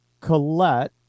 Colette